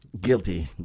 Guilty